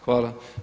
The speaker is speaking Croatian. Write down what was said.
Hvala.